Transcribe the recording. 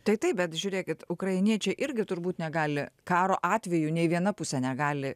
tai taip bet žiūrėkit ukrainiečiai irgi turbūt negali karo atveju nei viena pusė negali